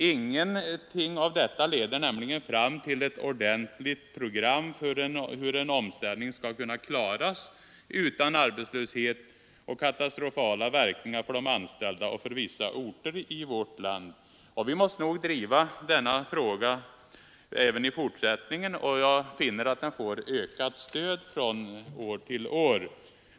Ingenting av detta leder nämligen fram till ett ordentligt program för hur en omställning skall kunna klaras utan arbetslöshet och katastrofala verkningar för de anställda och för vissa orter i vårt land. Vi måste nog driva vår linje även i fortsättningen, och den får ökat stöd från år till år.